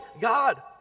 God